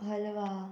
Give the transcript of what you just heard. halwa